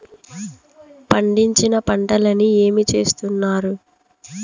పండించిన పంటలని ఏమి చేస్తున్నారు?